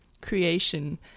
creation